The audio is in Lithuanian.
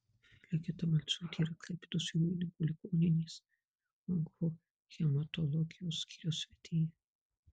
ligita malciūtė yra klaipėdos jūrininkų ligoninės onkohematologijos skyriaus vedėja